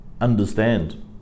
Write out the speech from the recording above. understand